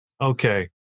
Okay